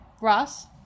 Ross